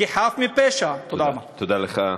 תודה רבה,